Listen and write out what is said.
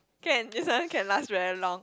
can this one can last very long